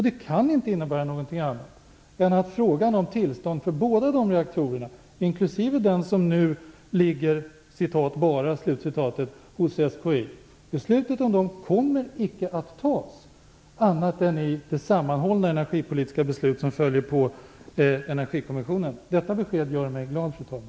Det kan inte innebära något annat än att frågan om tillstånd för båda de reaktorerna, inklusive den som nu ligger "bara" hos SKI, icke kommer att avgöras annat än i det sammanhållna energipolitiska beslut som följer på Energikommissionen. Detta besked gör mig glad, fru talman.